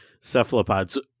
cephalopods